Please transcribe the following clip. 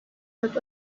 dört